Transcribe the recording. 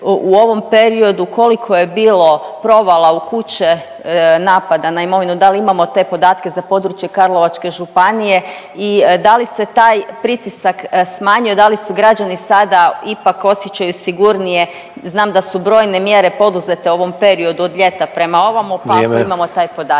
u ovom periodu koliko je bilo provala u kuće, napada na imovinu. Da li imamo te podatke za područje Karlovačke županije i da li se taj pritisak smanjio, da li se građani sada ipak osjećaju sigurnije. Znam da su brojne mjere poduzete u ovom periodu od ljeta prema ovamo, pa ako imamo … …/Upadica